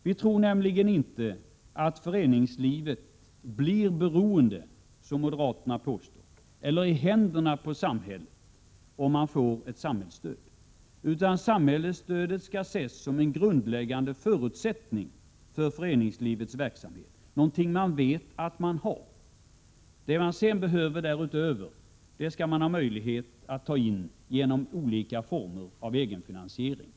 Vi tror nämligen inte att föreningslivet, såsom moderaterna påstår, blir beroende av eller kommer i händerna på samhället, om föreningarna får ett samhällsstöd. Samhällsstödet skall ses som en grundläggande förutsättning för föreningslivets verksamhet, någonting som föreningarna vet att de har. Vad man därutöver behöver skall man ha möjlighet att ta in genom olika former av egen finansiering.